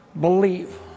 believe